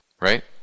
right